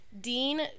Dean